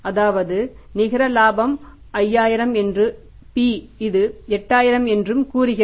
அதாவது நிகர இலாபம் 5000 என்றும் P இது 8000 என்றும் கூறுகிறது